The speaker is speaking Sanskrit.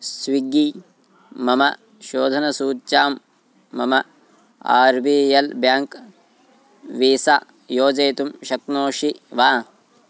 स्विग्गी मम शोधनसूच्यां मम R B L Bank Visa योजयितुं शक्नोषि वा